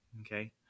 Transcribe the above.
Okay